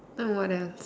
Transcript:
then what else